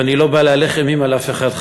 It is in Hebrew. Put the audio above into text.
ואני לא בא להלך אימים על אף אחד,